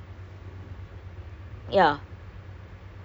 wait she say like that she say like word for word gitu